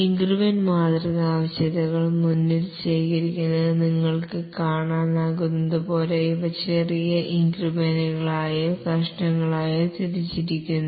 increment മാതൃക ആവശ്യകതകൾ മുന്നിൽ ശേഖരിക്കുന്നത് നിങ്ങൾക്ക് കാണാനാകുന്നതുപോലെ ഇവ ചെറിയ ഇൻക്രിമെന്റുകളായോ കഷണങ്ങളായോ തിരിച്ചിരിക്കുന്നു